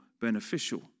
beneficial